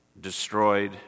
destroyed